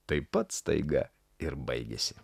taip pat staiga ir baigėsi